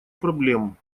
проблем